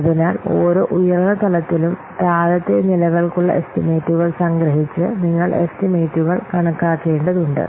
അതിനാൽ ഓരോ ഉയർന്ന തലത്തിലും താഴത്തെ നിലകൾക്കുള്ള എസ്റ്റിമേറ്റുകൾ സംഗ്രഹിച്ച് നിങ്ങൾ എസ്റ്റിമേറ്റുകൾ കണക്കാക്കേണ്ടതുണ്ട്